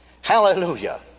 Hallelujah